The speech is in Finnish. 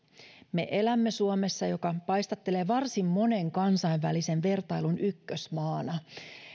me elämme suomessa joka paistattelee varsin monen kansainvälisen vertailun ykkösmaana